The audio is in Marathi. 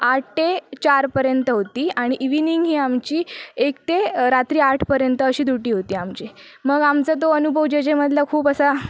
आठ ते चार पर्यंत होती आणि इव्हिनिंग ही आमची एक ते रात्री आठ पर्यंत अशी डूटी होती आमची मग आमचा तो अनुभव जे जेमधला खूप असा